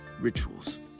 rituals